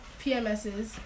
PMSs